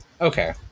Okay